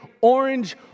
orange